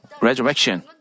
resurrection